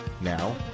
Now